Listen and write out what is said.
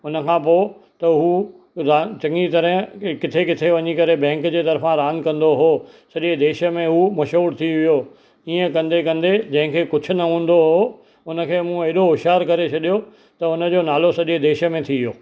हुन खां पोइ त हूं रांदि चङी तरह किथे किथे वञी करे बैंक जे तर्फ़ा रांदि कंदो उहो सॼे देश में हू मशहूर थी वियो इअं कंदे कंदे जंहिंखे कुझु न हूंदो हुओ हुनखे मूं हेॾो होशियार करे छॾियो त हुनजो नालो सॼे देश में थी वियो